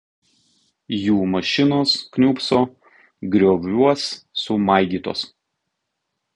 jų mašinos kniūbso grioviuos sumaigytos